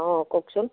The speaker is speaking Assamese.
অঁ কওকচোন